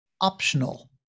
optional